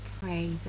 pray